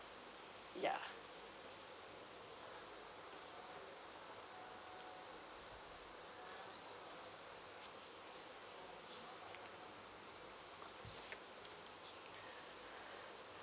ya